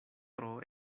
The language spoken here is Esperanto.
tro